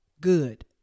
good